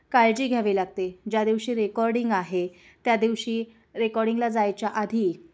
काळजी घ्यावी लागते ज्या दिवशी रेकॉर्डिंग आहे त्या दिवशी रेकॉर्डिंगला जायच्या आधी